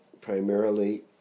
primarily